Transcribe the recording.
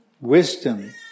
wisdom